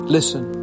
Listen